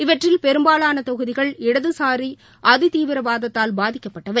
இவற்றில் பெரும்பாலான தொகுதிகள் இடது சாரி அதிதீவிர வாதத்தால் பாதிக்கப்பட்டவை